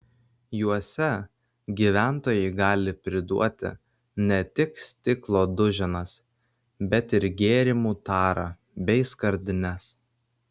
juose gyventojai gali priduoti ne tik stiklo duženas bet ir gėrimų tarą bei skardines